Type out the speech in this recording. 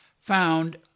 found